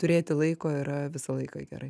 turėti laiko yra visą laiką gerai